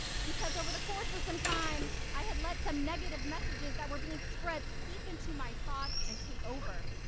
because over the course of some time i had let some negative messages that were being spread seep into my thoughts and take over.